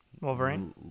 Wolverine